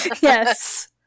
yes